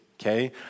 okay